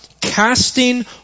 casting